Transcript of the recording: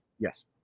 Yes